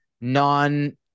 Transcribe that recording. non